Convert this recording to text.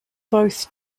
both